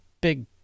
big